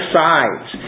sides